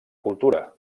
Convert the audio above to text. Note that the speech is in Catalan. cultura